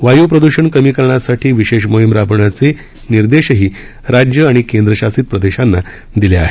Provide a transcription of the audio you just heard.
वायू प्रदूषण कमी करण्यासाठी विशेष मोहीम राबवण्याचे निर्देशही राज्य आणि केंद्रशासित प्रदेशांना दिले आहेत